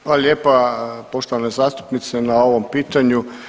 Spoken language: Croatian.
Hvala lijepa poštovana zastupnice na ovom pitanju.